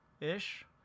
Ish